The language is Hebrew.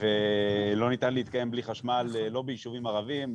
ולא ניתן להתקיים בלי חשמל לא ביישובים ערבים,